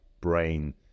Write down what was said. brain